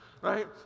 right